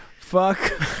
fuck